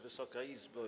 Wysoka Izbo!